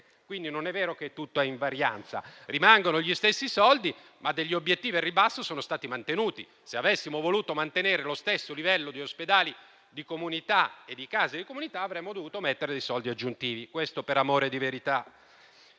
quindi che tutto è ad invarianza. Rimangono gli stessi soldi, ma gli obiettivi al ribasso sono stati mantenuti. Se avessimo voluto mantenere lo stesso livello di ospedali, di comunità e di case di comunità, avremmo dovuto mettere soldi aggiuntivi. Questo lo dico per amore di verità.